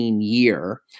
year